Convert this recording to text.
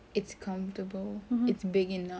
it's comfortable it's big enough